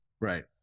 Right